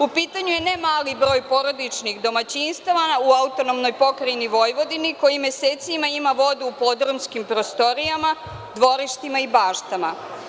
U pitanju je ne mali broj porodičnih domaćinstava u AP Vojvodini koji mesecima ima vodu u podrumskim prostorijama, dvorištima i baštama.